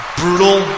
brutal